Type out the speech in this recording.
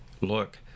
Look